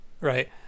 Right